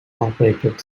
operated